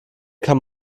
kann